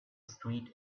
street